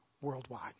Worldwide